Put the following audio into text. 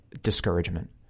discouragement